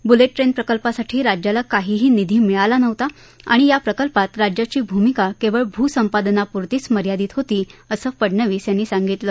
ब्लेट train प्रकल्पासाठी राज्याला काहीही निधी मिळाला नव्हता आणि या प्रकल्पात राज्याची भूमिका केवळ भूसंपादनापुरतीच मर्यादित होती असं फडणवीस यांनी सांगितलं